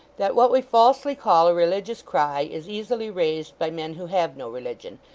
that what we falsely call a religious cry is easily raised by men who have no religion,